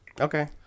okay